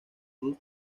good